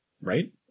right